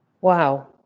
wow